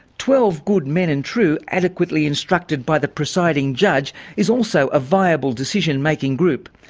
twelve good men and true, adequately instructed by the presiding judge, is also a viable decision-making group.